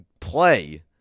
play